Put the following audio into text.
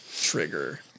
trigger